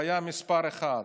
בעיה מספר אחת.